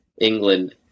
england